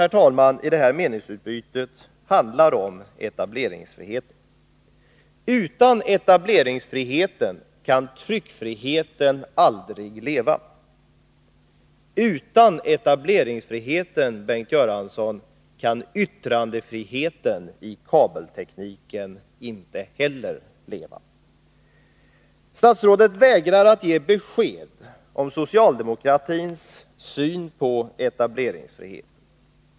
Kärnan i det här meningsutbytet handlar om etableringsfriheten. Utan etableringsfrihet kan tryckfriheten aldrig leva. Utan etableringsfrihet, Bengt Göransson, kan yttrandefriheten i kabeltekniken inte heller leva. Statsrådet vägrar att ge besked om socialdemokratins syn på etableringsfriheten.